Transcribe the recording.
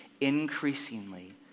increasingly